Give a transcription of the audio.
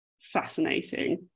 fascinating